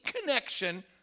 connection